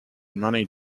money